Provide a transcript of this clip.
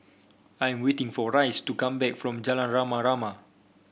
I am waiting for Rice to come back from Jalan Rama Rama